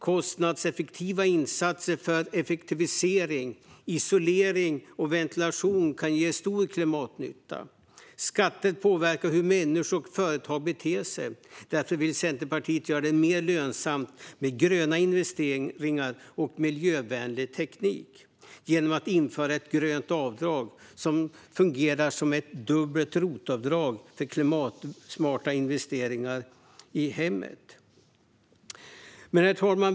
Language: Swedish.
Kostnadseffektiva insatser för energieffektivisering, isolering och ventilation kan ge stor klimatnytta. Skatter påverkar hur människor och företag beter sig. Därför vill Centerpartiet göra det mer lönsamt med gröna investeringar och miljövänlig teknik genom att införa ett grönt avdrag som fungerar som ett dubbelt ROT-avdrag för klimatsmarta investeringar i hemmet. Herr talman!